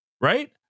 right